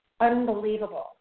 unbelievable